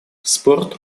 спорт